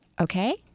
Okay